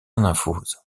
nymphose